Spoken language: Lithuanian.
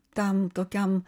tam tokiam